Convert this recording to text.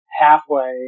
halfway